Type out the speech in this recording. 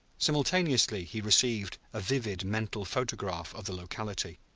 simultaneously he received a vivid mental photograph of the locality.